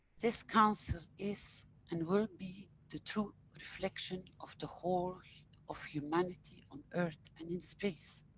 this council is and will be the true reflection of the whole of humanity on earth and in space.